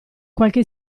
qualche